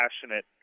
passionate